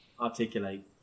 articulate